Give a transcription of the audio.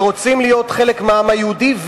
ורוצים להיות חלק מהעם היהודי,